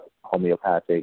homeopathic